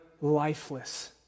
lifeless